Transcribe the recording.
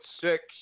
six